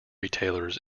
retailers